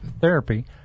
therapy